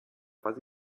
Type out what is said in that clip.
fase